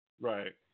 right